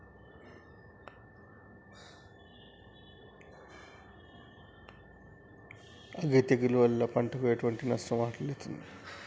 అగ్గి తెగులు వల్ల పంటకు ఎటువంటి నష్టం వాటిల్లుతది?